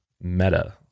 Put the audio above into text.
Meta